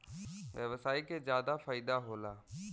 व्यवसायी के जादा फईदा होला